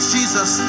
Jesus